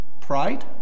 pride